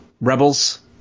Rebels